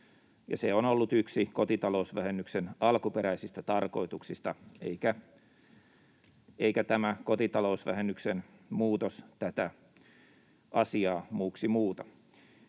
se on ollut yksi kotitalousvähennyksen alkuperäisistä tarkoituksista, eikä tämä kotitalousvähennyksen muutos tätä asiaa muuksi muuta.